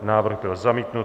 Návrh byl zamítnut.